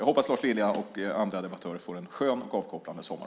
Jag hoppas att Lars Lilja och andra debattörer får en skön och avkopplande sommar.